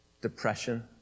depression